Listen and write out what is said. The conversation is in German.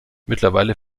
mittlerweile